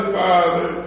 father